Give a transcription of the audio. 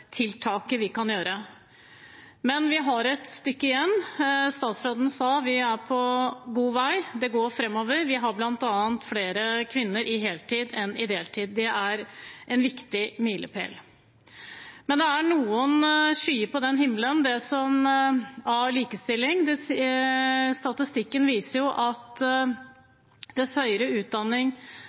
likestillingstiltaket vi kan gjøre. Men vi har et stykke igjen. Statsråden sa at vi er på god vei, og at det går framover. Vi har bl.a. flere kvinner som jobber heltid enn deltid. Det er en viktig milepæl. Men det er noe skyer på himmelen når det gjelder likestilling. Statistikken viser at dess høyere utdanning